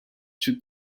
two